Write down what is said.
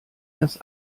das